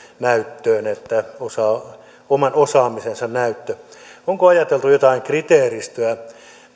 näyttöön että osaa oman osaamisensa näyttöön niin onko ajateltu jotain kriteeristöä